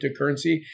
cryptocurrency